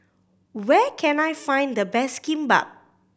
where can I find the best Kimbap